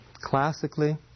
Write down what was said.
classically